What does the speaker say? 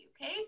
Okay